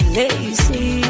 lazy